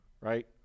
Right